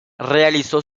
realizó